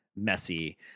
messy